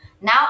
now